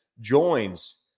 joins